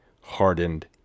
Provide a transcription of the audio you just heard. hardened